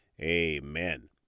amen